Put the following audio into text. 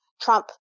Trump